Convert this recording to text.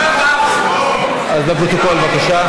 אז לפרוטוקול בבקשה,